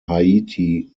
haiti